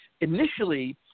initially